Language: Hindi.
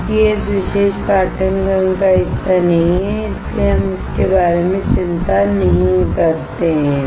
चूंकि यह इस विशेष पाठ्यक्रम का हिस्सा नहीं है इसलिए हम इसके बारे में चिंता नहीं करते हैं